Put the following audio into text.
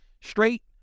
straight